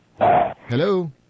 Hello